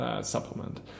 supplement